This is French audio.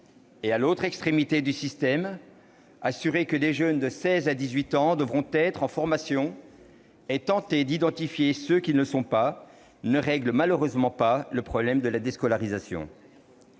À l'autre extrémité du système, assurer que les jeunes de 16 à 18 ans devront être en formation et tenter d'identifier ceux qui ne le sont pas ne règle malheureusement pas le problème de la déscolarisation.